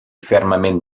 fermament